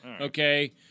okay